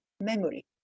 memory